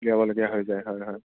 হৈ যায় হয় হয়